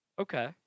okay